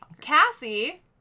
Cassie